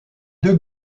deux